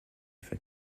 for